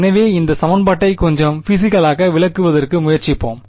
எனவே இந்த சமன்பாட்டை கொஞ்சம் பிசிகளாக விளக்குவதற்கு முயற்சிப்போம்